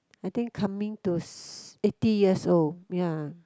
I think coming to s~ eighty years old ya